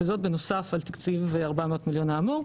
וזאת בנוסף על תקציב ה-400 מיליון האמור.